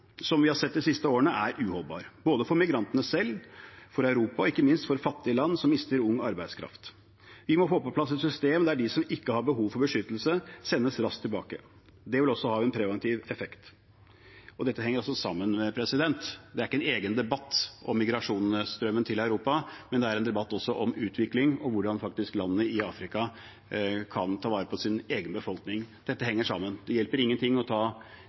som vi har sett de siste årene, er uholdbar, både for migrantene selv, for Europa og ikke minst for fattige land som mister ung arbeidskraft. Vi må få på plass et system der de som ikke har behov for beskyttelse, sendes raskt tilbake. Det vil også ha en preventiv effekt. Dette henger sammen – det er ikke en egen debatt om migrasjonsstrømmen til Europa, men det er en debatt også om utvikling og hvordan landene i Afrika kan ta vare på sin egen befolkning. Dette henger sammen. Det hjelper ingenting å ta